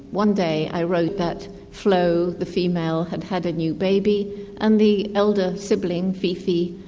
one day i wrote that flo, the female, had had a new baby and the elder sibling, fifi,